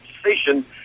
station